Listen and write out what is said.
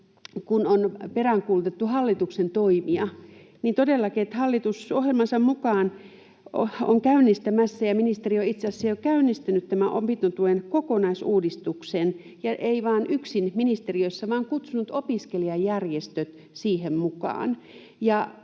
kun on peräänkuulutettu hallituksen toimia, niin todellakin hallitus ohjelmansa mukaan on käynnistämässä ja ministeri on itse asiassa jo käynnistänyt opintotuen kokonaisuudistuksen, eikä vain yksin ministeriössä vaan on kutsunut opiskelijajärjestöt siihen mukaan.